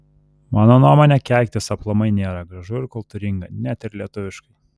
mano nuomone keiktis aplamai nėra gražu ir kultūringa net ir lietuviškai